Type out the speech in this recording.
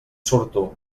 surto